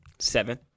Seven